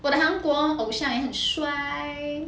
我的韩国偶像也很帅